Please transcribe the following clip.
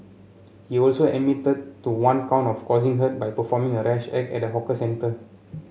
he also admitted to one count of causing hurt by performing a rash act at a hawker centre